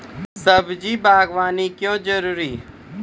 सब्जी बागवानी क्यो जरूरी?